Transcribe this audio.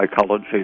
psychology